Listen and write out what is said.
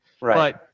Right